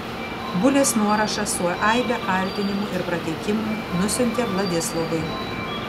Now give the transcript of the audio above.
bulės nuorašą su aibe kaltinimų ir prakeikimų nusiuntė vladislovui